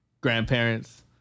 grandparents